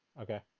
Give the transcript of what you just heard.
Okay